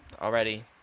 already